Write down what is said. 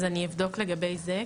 אז אני אבדוק לגבי זה.